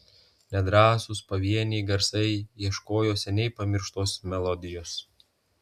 nedrąsūs pavieniai garsai ieškojo seniai pamirštos melodijos